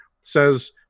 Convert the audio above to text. says